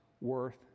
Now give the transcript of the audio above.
worth